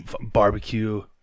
barbecue